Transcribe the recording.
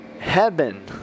heaven